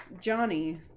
Johnny